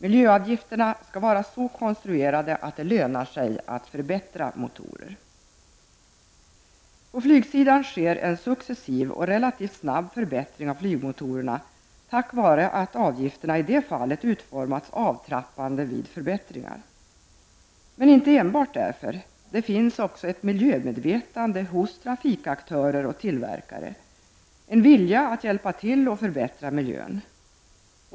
Miljöavgifterna skall vara så konstruerade att det lönar sig att förbättra motorer. På flygsidan sker nu en successiv och relativt snabb förbättring av flygmotorerna tack vare att avgifterna i det fallet utformats avtrappande vid förbättringar. Men inte enbart därför, utan det finns också ett miljömedvetande hos trafikaktörer och tillverkare, samtidigt som det finns en vilja att hjälpa till att förbättra miljön.